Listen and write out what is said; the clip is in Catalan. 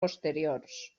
posteriors